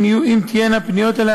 אם תהיינה פניות אלי,